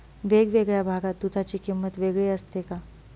वेगवेगळ्या भागात दूधाची किंमत वेगळी असते का?